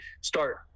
start